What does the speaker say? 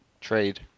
trade